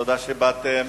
ותודה שבאתם.